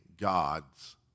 God's